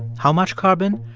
how much carbon?